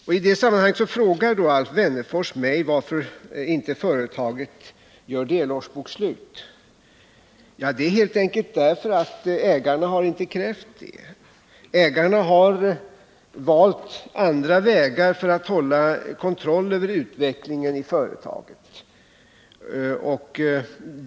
I detta sammanhang frågar Alf Wennerfors mig varför företaget inte gör delårsbokslut. Anledningen är helt enkelt att ägarna inte har krävt det. Ägarna har valt andra vägar för att hålla kontroll över utvecklingen i företaget.